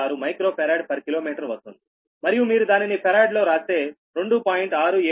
0107096 microfarad per kilometre వస్తుంది మరియు మీరు దానిని ఫరాడ్ లో రాస్తే 2